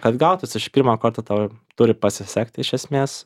kad gautųs iš pirmo karto tau turi pasisekt iš esmės